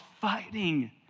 fighting